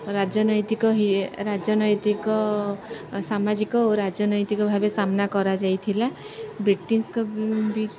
ରାଜନୈତିକ ହେ ରାଜନୈତିକ ସାମାଜିକ ଓ ରାଜନୈତିକ ଭାବେ ସାମ୍ନା କରାଯାଇଥିଲା ବ୍ରିଟିଶ୍ଙ୍କ ବି